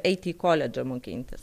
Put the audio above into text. eiti į koledžą mokintis